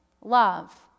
love